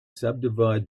subdivide